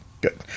Good